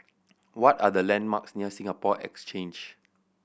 what are the landmarks near Singapore Exchange